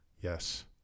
Yes